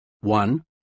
One